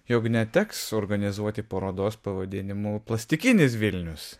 jog neteks organizuoti parodos pavadinimu plastikinis vilnius